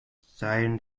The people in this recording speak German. seien